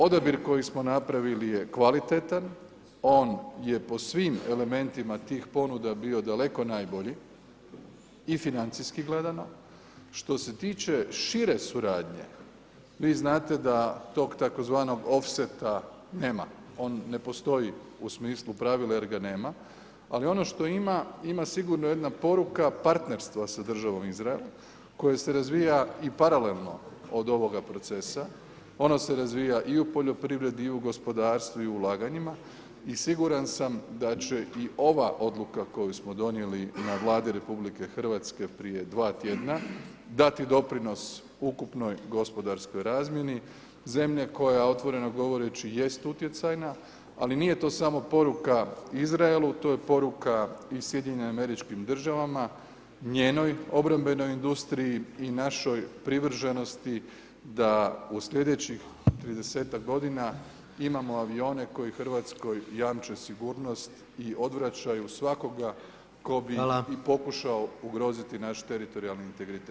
Odabir koji smo napravili je kvalitetan, on je po svim elementima tih ponuda bio daleko najbolji i financijski gledano, što se tiče šire suradnje vi znate da tog tzv. ofseta nema, on ne postoji u smislu pravila jer ga nema, ali ono što ima, ima sigurno jedna poruka partnerstva sa državom Izrael koja se razvija i paralelno od ovoga procesa, ona se razvija i u poljoprivredi i u gospodarstvu i u ulaganjima i siguran sam da će i ova odluka koju smo donijeli na Vladi RH prije 2 tjedna dati doprinos ukupnoj gospodarskoj razmjeni zemlje koja otvoreno govoreći jest utjecajna, ali nije to samo poruka Izraelu, to je poruka i SAD-u, njenoj obrambenoj industriji i našoj privrženosti da u sljedećih 30-ak godina imamo avione koji Hrvatskoj jamče sigurnost i odvraćaju svakoga tko bi [[Upadica predsjednik: hvala.]] I pokušao ugroziti naš teritorijalni integritet.